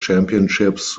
championships